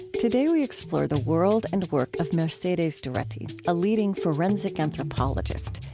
today we explore the world and work of mercedes doretti, a leading forensic anthropologist,